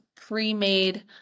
pre-made